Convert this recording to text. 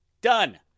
Done